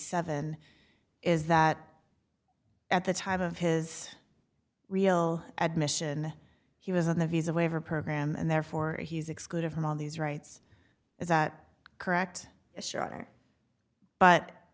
seven is that at the time of his real admission he was on the visa waiver program and therefore he is excluded from all these rights is that correct is shorter but